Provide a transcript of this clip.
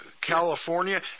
California